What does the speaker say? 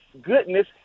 goodness